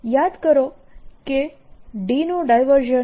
ફરીથી યાદ કરો કે D નું ડાયવર્ઝન